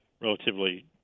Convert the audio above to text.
relatively